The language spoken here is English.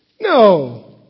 No